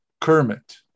Kermit